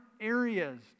areas